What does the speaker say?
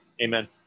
Amen